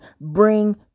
bring